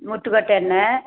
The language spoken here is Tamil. முத்துக்கொட்ட எண்ணெய்